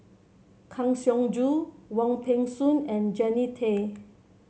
Kang Siong Joo Wong Peng Soon and Jannie Tay